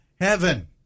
heaven